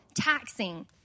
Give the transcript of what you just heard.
taxing